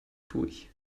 durch